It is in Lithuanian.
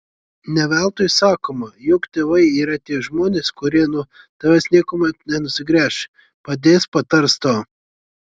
ne veltui sakoma jog tėvai yra tie žmonės kurie nuo tavęs niekuomet nenusigręš padės patars tau